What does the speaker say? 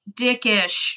dickish